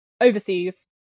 overseas